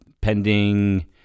pending